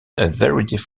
different